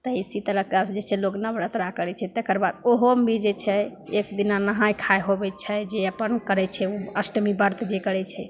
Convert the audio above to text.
तऽ इसी तरहके जे लोक नवरात्रा करै छै तकर बाद ओहोमे भी जे छै एक दिना नहाइ खाइ होबै छै जे अपन करै छै ओ अष्टमी व्रत जे करै छै